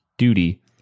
duty